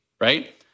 right